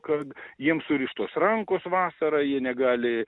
kad jiem surištos rankos vasarą jie negali